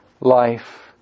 life